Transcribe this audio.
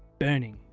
burning,